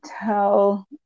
tell